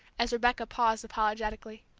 as rebecca paused apologetically.